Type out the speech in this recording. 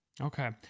Okay